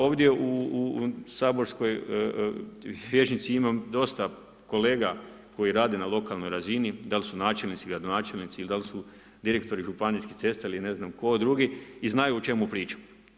Ovdje u saborskoj vijećnici imam dosta kolega koji rade na lokalnoj razini, dal' su načelnici, gradonačelnici, dal' su direktori županijskih cesta ili ne znam tko drugi i znaju o čemu pričam.